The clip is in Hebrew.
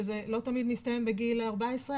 שזה לא תמיד מסתיים בגיל 14,